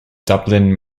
dublin